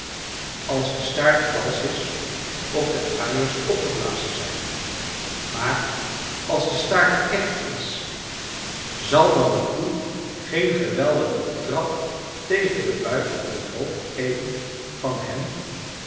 als de staart valsch is of de uiers opgeblazen zijn maar als de staart echt is zal dan de koe geen geweldigen trap tegen den buik of het hoofd geven van hem